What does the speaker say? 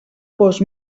post